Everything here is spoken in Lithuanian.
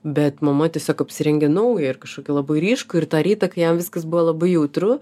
bet mama tiesiog apsirengia naują ir kažkokį labai ryškų ir tą rytą kai jam viskas buvo labai jautru